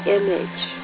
image